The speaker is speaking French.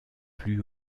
plus